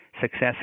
Success